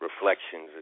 reflections